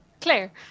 Claire